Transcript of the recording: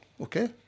okay